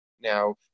Now